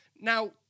Now